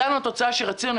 הגענו לתוצאה שרצינו,